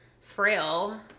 frail